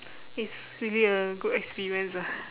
it's really a good experience ah